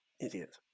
Idiot